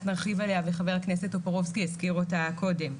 נרחיב עליה וח"כ טופורובסקי הזכיר אותה קודם.